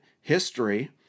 history